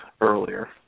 earlier